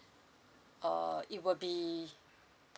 uh it will be